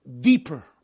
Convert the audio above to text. deeper